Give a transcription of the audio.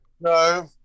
no